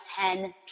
10